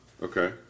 Okay